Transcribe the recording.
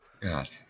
God